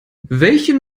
welchen